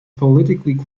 politically